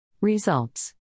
Results